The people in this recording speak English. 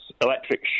electric